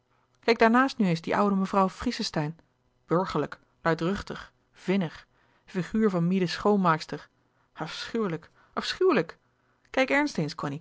daar naast nu eens die oude mevrouw friesesteijn burgerlijk luidruchtig vinnig figuur van mie de schoonmaakster afschuwelijk afschuwelijk kijk ernst eens